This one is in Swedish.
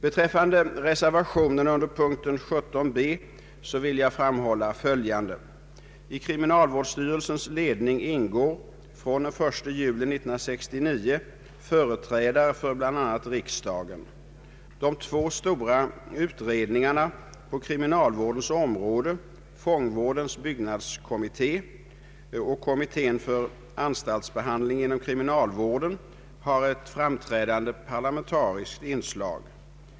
Beträffande reservationen b under punkten 17 vill jag framhålla följande. I kriminalvårdsstyrelsens ledning ingår från den 1 juli 1969 företrädare för bl.a. riksdagen. De två stora utredningarna på kriminalvårdens område, fångvårdens byggnadskommitté och kommittén för anstaltsbehandling inom kriminalvården, har ett framträdande parlamentariskt inslag.